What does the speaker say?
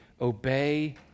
obey